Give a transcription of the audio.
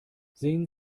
sehen